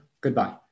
Goodbye